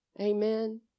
Amen